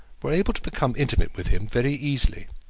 were able to become intimate with him very easily.